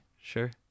Sure